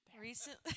recently